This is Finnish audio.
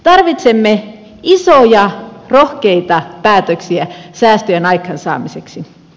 tarvitsemme isoja rohkeita päätöksiä säästöjen aikaansaamiseksi